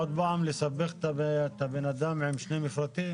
עוד פעם לסבך את הבן אדם עם שני מפרטים?